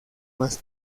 más